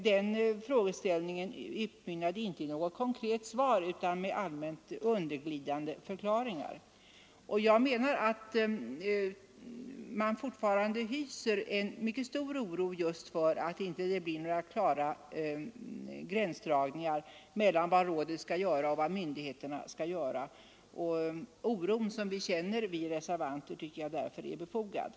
Den frågeställningen utmynnade inte i något konkret svar utan bara i allmänt undanglidande förklaringar. Jag menar dock att man fortfarande hyser en mycket stor oro för att det inte blir några klara gränsdragningar mellan vad rådet skall göra och vad de andra myndigheterna skall göra. Den oro som vi reservanter där känner tycker jag är befogad.